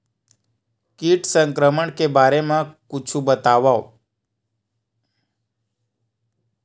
कीट संक्रमण के बारे म कुछु बतावव?